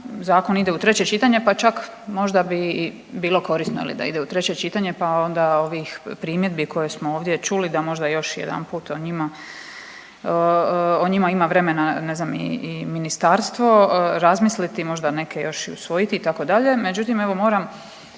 zakon ide u treće čitanje pa čak možda bi bilo korisno da ide u treće čitanje, pa onda ovih primjedbi koje smo ovdje čuli da možda još jedanput o njima ima vremena ne znam i ministarstvo razmisliti, možda neke još i usvojiti itd. Međutim, evo moram